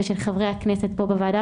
ושל חברי הכנסת פה בוועדה,